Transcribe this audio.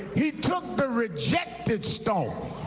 he took the rejected stone,